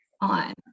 on